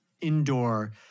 indoor